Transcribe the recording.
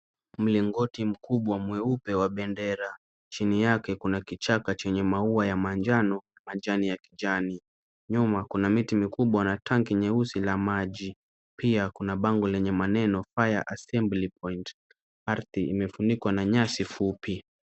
Mlingoti mkubwa mweupe wa bendera, chini yake kuna kichaka chenye maua ya manjano, majani ya kijani, nyuma kuna miti mikubwa na tanki nyeusi la maji, pia kuna bango lenye maneno fire assembly point ardhi imefunikwa na nyasi fupi.